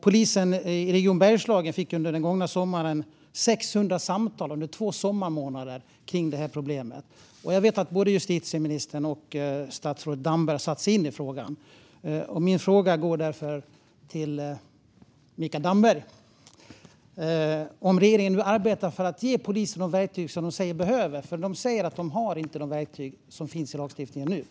Polisen i Region Bergslagen fick under den gångna sommaren 600 samtal under två månader om problemet. Jag vet att både justitieministern och statsrådet Damberg har satt sig in i frågan. Min fråga går därför till Mikael Damberg: Arbetar regeringen nu för att ge polisen de verktyg som de säger att de behöver? De säger att de inte har dessa verktyg med den lagstiftning som finns nu.